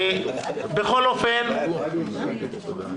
אדוני ממשרד האוצר,